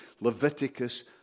Leviticus